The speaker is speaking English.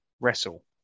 wrestle